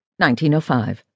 1905